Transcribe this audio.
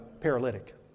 paralytic